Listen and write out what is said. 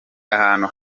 ahantu